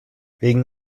wegen